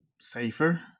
safer